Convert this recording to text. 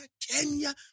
Kenya